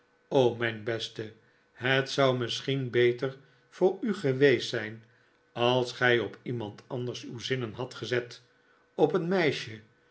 o mijn beste het zou misschien beter voor u geweest zijn als gij op iemand anders uw zinnen hadt gezet op een meisje